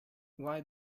why